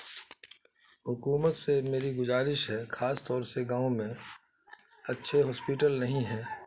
حکومت سے میری گزارش ہے خاص طور سے گاؤں میں اچھے ہاسپیٹل نہیں ہیں